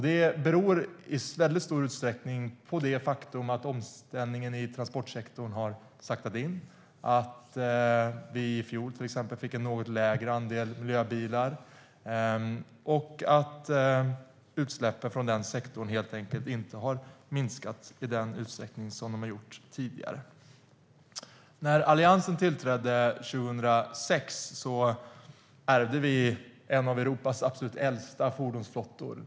Det beror i stor utsträckning på det faktum att omställningen i transportsektorn har saktat in, att vi i fjol fick en något lägre andel miljöbilar och att utsläppen från den sektorn helt enkelt inte har minskat i samma utsträckning som tidigare. När Alliansen tillträdde 2006 ärvde vi en av Europas absolut äldsta fordonsflottor.